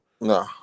No